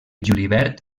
julivert